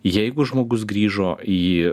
jeigu žmogus grįžo į